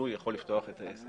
הוא יכול לפתוח את העסק.